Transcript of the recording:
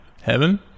heaven